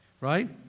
Right